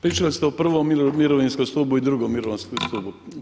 Pričali ste o prvom mirovinskom stupu i drugom mirovinskom stupu.